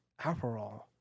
Aperol